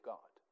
God